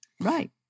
Right